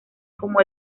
como